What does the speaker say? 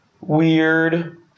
weird